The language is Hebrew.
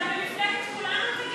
אתה במפלגת כולנו,